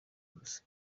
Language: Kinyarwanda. gusa